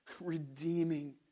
redeeming